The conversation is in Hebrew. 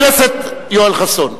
חבר הכנסת יואל חסון.